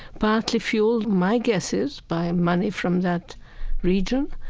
partly fueled, my guess is, by money from that region.